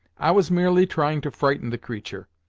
i was merely trying to frighten the creatur',